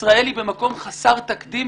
ישראל היא במקום חסר תקדים